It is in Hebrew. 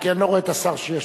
כי אני לא רואה את השר שישיב,